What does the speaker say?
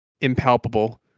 impalpable